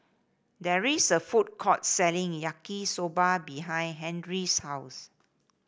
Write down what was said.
there is a food court selling Yaki Soba behind Henri's house